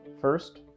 First